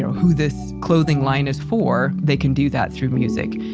who this clothing line is for, they can do that through music.